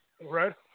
Right